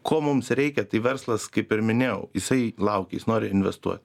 ko mums reikia tai verslas kaip ir minėjau jisai laukia jis nori investuoti